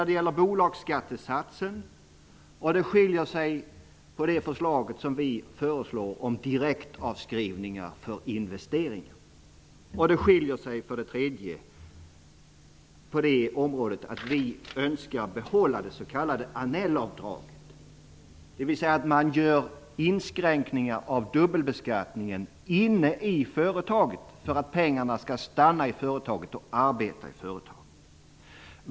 Det gäller bolagsskattesatsen och direktavskrivningar för investeringar. Dessutom önskar vi behålla det s.k. Annellavdraget, dvs. att man gör inskränkningar i dubbelbeskattningen inne i företaget för att pengarna skall stanna i företaget och arbeta där.